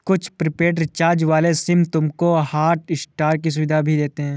कुछ prepaid recharge वाले SIM तुमको हॉटस्टार की सुविधा भी देते हैं